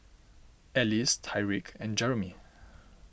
Ellis Tyrek and Jeremey